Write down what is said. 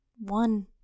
one